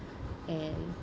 and